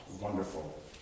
wonderful